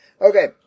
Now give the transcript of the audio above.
Okay